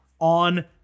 On